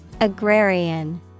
Agrarian